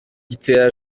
gitera